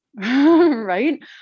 right